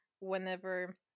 whenever